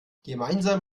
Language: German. gemeinsam